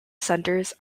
centres